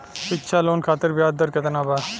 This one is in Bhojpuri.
शिक्षा लोन खातिर ब्याज दर केतना बा?